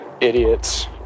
Idiots